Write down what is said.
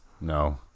No